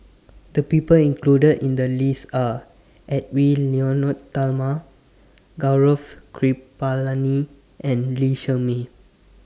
The People included in The list Are Edwy Lyonet Talma Gaurav Kripalani and Lee Shermay